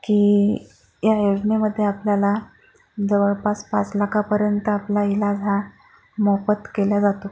की या योजनेमध्ये आपल्याला जवळपास पाच लाखापर्यंत आपला इलाज हा मोफत केला जातो